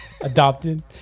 Adopted